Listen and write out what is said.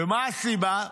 ומה הסיבה?